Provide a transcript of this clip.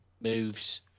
moves